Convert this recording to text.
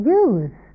use